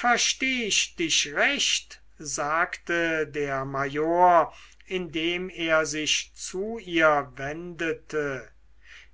versteh ich dich recht sagte der major indem er sich zu ihr wendete